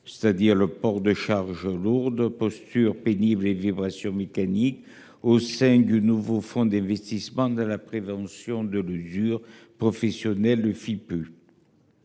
à savoir le port de charges lourdes, les postures pénibles et les vibrations mécaniques, le nouveau fonds d’investissement dans la prévention de l’usure professionnelle (Fipu).